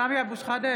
בעד סמי אבו שחאדה,